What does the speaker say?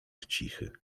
cichy